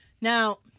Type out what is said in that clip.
Now